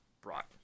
brought